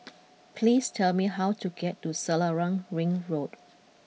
please tell me how to get to Selarang Ring Road